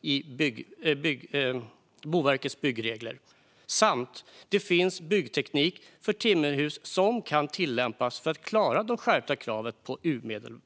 i BBR" samt att "det finns byggteknik för timmerhus som kan tillämpas för att klara det skärpta kravet på Um".